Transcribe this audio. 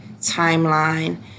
timeline